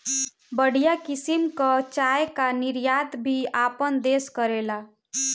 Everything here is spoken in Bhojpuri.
बढ़िया किसिम कअ चाय कअ निर्यात भी आपन देस करेला